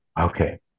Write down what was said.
Okay